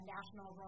National